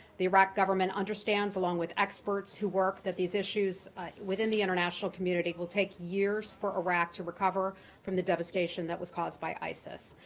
the iraq government understands, along with experts who work that these issues within the international community will take years for iraq to recover from the devastation that was caused by isis.